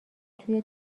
توی